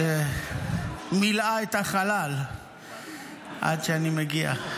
שמילאה את החלל עד שאני מגיע.